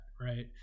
right